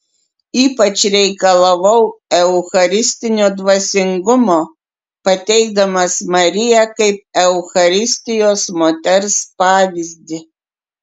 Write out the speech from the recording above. ypač reikalavau eucharistinio dvasingumo pateikdamas mariją kaip eucharistijos moters pavyzdį